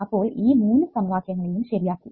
അപ്പോൾ ഈ മൂന്ന് സമവാക്യങ്ങളെയും ശെരിയാക്കി